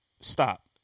Stop